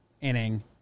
inning